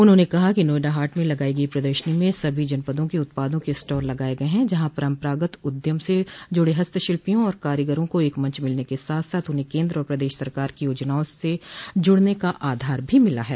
उन्होंने कहा कि नोएडा हाट में लगाई गई प्रदर्शनी में सभी जनपदों के उत्पादों के स्टॉल लगाये गये हैं जहां परम्परागत उद्यम से जुड़े हस्तशिल्पियों और कारीगरों को एक मंच मिलने के साथ साथ उन्हें केन्द्र और प्रदेश सरकार की योजनाओं से जुड़ने का आधार भी मिला है